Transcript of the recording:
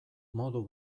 modu